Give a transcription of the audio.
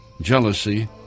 jealousy